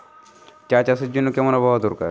চা চাষের জন্য কেমন আবহাওয়া দরকার?